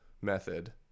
method